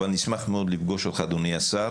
אבל אני אשמח מאוד לפגוש אותך אדוני השר